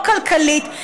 או כלכלית,